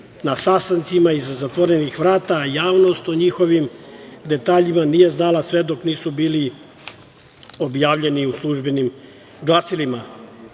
na sastancima iza zatvorenih vrata, a javnost o njihovim detaljima nije znala sve dok nisu bili objavljeni u službenim glasilima. Samim